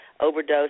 overdose